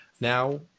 now